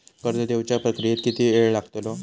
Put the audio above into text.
कर्ज देवच्या प्रक्रियेत किती येळ लागतलो?